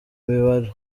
mibare